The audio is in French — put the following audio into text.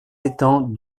étangs